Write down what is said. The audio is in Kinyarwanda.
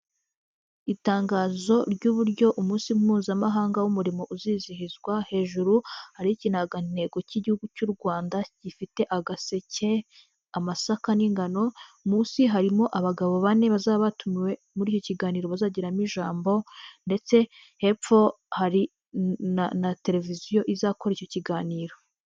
Itangazo ry'uburyo umunsi mpuzamahanga w'umurimo uzizihizwa. Hejuru hariho ikiragantego cy'Igihugu cy'u Rwanda gifite agaseke, amasaka n'ingano. Munsi harimo abagabo bane bazaba batumiwe muri icyo kiganiro bazagiramo ijambo, ndetse hepfo hari na televiziyo izakora icyo kiganiro.